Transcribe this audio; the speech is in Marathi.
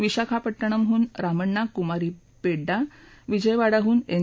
विशाखापट्टणमहून रामण्णा कुमारी पेडडा विजयवाडाहून एन